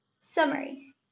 Summary